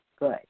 good